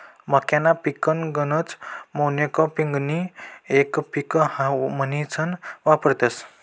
मक्काना पिकना गतच मोनोकापिंगबी येक पिक म्हनीसन वापरतस